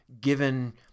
given